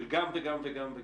של גם וגם וגם,